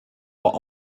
what